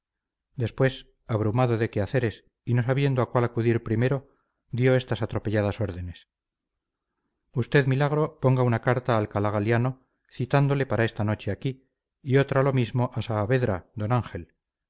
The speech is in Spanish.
después abrumado de quehaceres y no sabiendo a cuál acudir primero dio estas atropelladas órdenes usted milagro ponga una carta a alcalá galiano citándole para esta noche aquí y otra lo mismo a